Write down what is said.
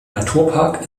naturpark